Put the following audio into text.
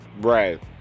Right